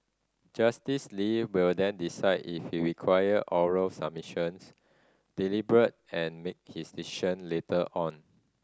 Justice Lee will then decide if he require oral submissions deliberate and make his decision later on